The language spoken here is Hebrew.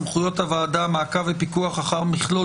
סמכויות הוועדה מעקב ופיתוח אחר מכלול